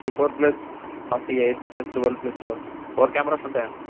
sixty four plus forty eight plus twelve plus twelve four cameras ఉంటాయి అండి